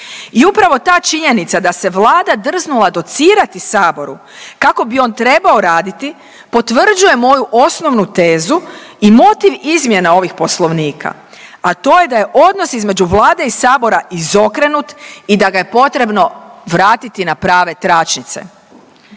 i upravo ta činjenica da se Vlada drznula docirati saboru kako bi on trebao raditi potvrđuje moju osnovnu tezu i motiv izmjena ovih poslovnika, a to je da je odnos između Vlade i sabora izokrenut i da ga je potrebno vratiti na prave tračnice.